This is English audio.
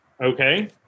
okay